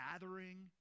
gathering